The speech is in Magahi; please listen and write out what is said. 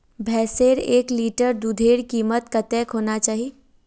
भैंसेर एक लीटर दूधेर कीमत कतेक होना चही?